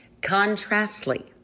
Contrastly